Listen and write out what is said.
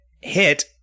hit